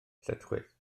lletchwith